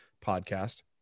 podcast